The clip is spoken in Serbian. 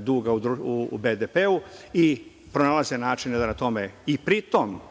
duga u BDP-u i pritom je jako važan element